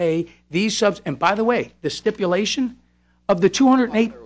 pay these subs and by the way the stipulation of the two hundred eight